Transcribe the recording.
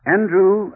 Andrew